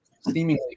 seemingly